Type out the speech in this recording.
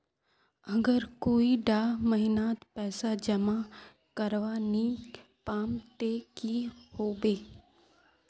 अगर कोई डा महीनात पैसा जमा करवा नी पाम ते की होबे?